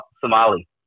Somali